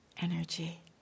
energy